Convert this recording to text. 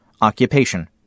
Occupation